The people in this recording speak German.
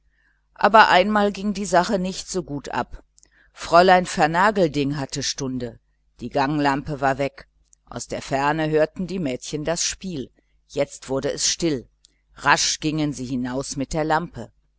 aber einmal ging die sache nicht so gut ab fräulein vernagelding hatte stunde die ganglampe war weg aus der ferne hörten die mädchen das spiel jetzt wurde es still rasch gingen sie hinaus mit der lampe